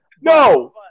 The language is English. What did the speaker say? No